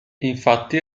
infatti